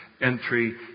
entry